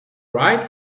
right